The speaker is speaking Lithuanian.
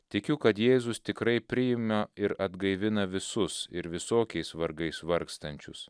tikiu kad jėzus tikrai priima ir atgaivina visus ir visokiais vargais vargstančius